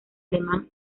alemán